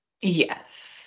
yes